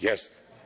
Jeste.